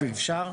אפשר?